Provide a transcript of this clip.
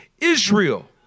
Israel